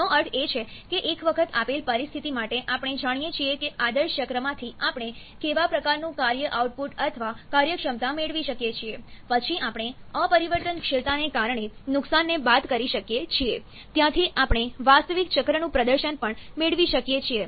તેનો અર્થ એ છે કે એક વખત આપેલ પરિસ્થિતિ માટે આપણે જાણીએ કે આદર્શ ચક્રમાંથી આપણે કેવા પ્રકારનું કાર્ય આઉટપુટ અથવા કાર્યક્ષમતા મેળવી શકીએ છીએ પછી આપણે અપરિવર્તનશીલતાને કારણે નુકસાનને બાદ કરી શકીએ છીએ ત્યાંથી આપણે વાસ્તવિક ચક્રનું પ્રદર્શન પણ મેળવી શકીએ છીએ